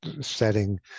setting